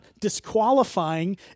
disqualifying